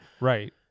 Right